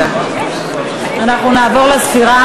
נעבור לספירה.